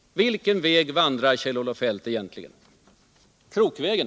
Vilken väg vandrar Kjell-Olof Feldt egentligen? Krokvägen?